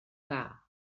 dda